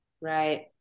Right